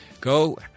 Go